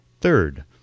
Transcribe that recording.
Third